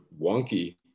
wonky